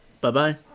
Bye-bye